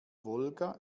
wolga